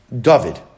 David